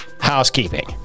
Housekeeping